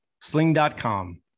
sling.com